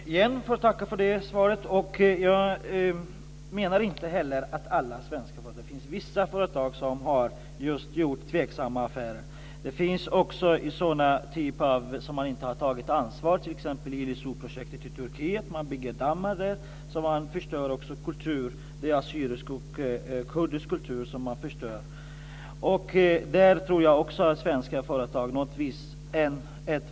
Herr talman! Jag får tacka för det svaret. Jag menar inte heller att det gäller alla svenska företag. Det finns vissa företag som har gjort tveksamma affärer. Det finns också fall där man inte har tagit ansvar, t.ex. Ilisuprojektet i Turkiet. Där bygger man dammar som förstör assyrisk och kurdisk kultur. Också där tror jag att ett svenskt företag var inblandat.